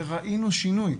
וראינו שינוי.